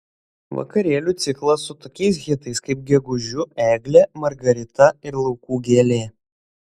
vakarėlių ciklas su tokiais hitais kaip gegužiu eglė margarita ir laukų gėlė